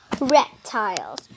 reptiles